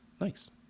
Nice